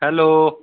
hello